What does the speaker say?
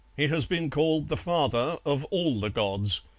he has been called the father of all the gods,